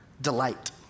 delight